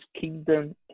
kingdom